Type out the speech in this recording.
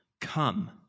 come